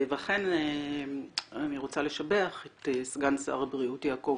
ואכן אני רוצה לשבח את סגן שר הבריאות יעקב